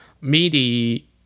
MIDI